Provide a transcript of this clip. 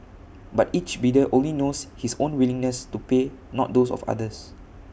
but each bidder only knows his own willingness to pay not those of others